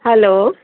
hello